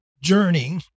journey